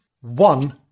one